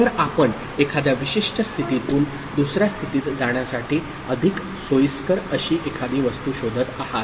तर आपण एखाद्या विशिष्ट स्थितीतून दुसर्या स्थिती त जाण्यासाठी अधिक सोयीस्कर अशी एखादी वस्तू शोधत आहात